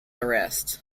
arrest